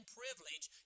privilege